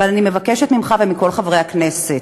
אבל אני מבקשת ממך ומכל חברי הכנסת,